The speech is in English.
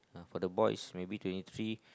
uh for the boys maybe twenty three